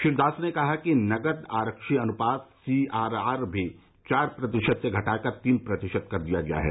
श्री दास ने कहा कि नकद आरक्षी अनुपात सीआरआर भी चार प्रतिशत से घटाकर तीन प्रतिशत कर दिया गया है